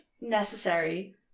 necessary